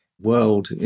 world